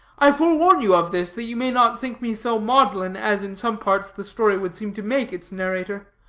i forewarn you of this, that you may not think me so maudlin as, in some parts, the story would seem to make its narrator.